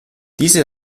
diese